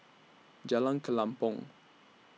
Jalan Kelempong